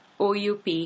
OUP